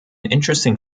interesting